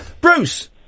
Bruce